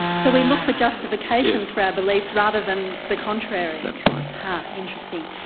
so we look for justifications for our beliefs rather than the contrary? that's right. ha, interesting.